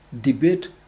debate